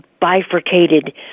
bifurcated